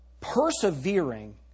persevering